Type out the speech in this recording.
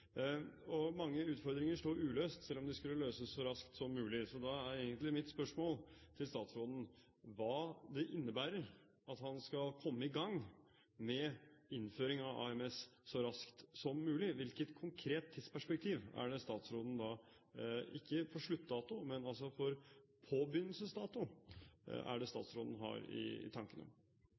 mulig». Mange utfordringer står uløst, selv om de skulle løses «så raskt som mulig». Da er mitt spørsmål til statsråden hva det egentlig innebærer at han skal komme i gang med innføring av AMS «så raskt som mulig». Hvilket konkret tidsperspektiv, ikke for sluttdato, men for påbegynnelsesdato, er det statsråden har i